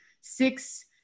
six